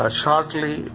shortly